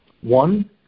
One